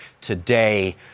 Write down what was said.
today